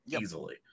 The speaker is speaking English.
easily